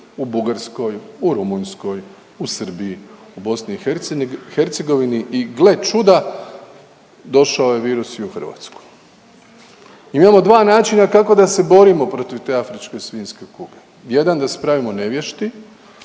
u Bugarskoj, u Rumunjskoj, u Srbiji, u BiH i gle čuda došao je virus i u Hrvatsku. I mi imamo dva načina kako da se borimo protiv te afričke svinjske kuge. Jedan da se pravimo nevješti,